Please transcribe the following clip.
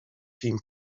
team